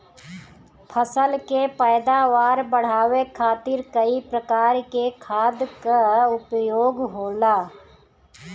फसल के पैदावार बढ़ावे खातिर कई प्रकार के खाद कअ उपयोग होला